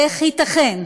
איך ייתכן